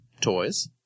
toys